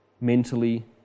mentally